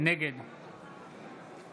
נגד